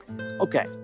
Okay